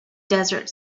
desert